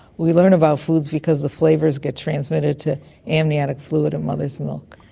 we learn about foods because the flavours get transmitted to amniotic fluid and mother's milk.